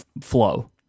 flow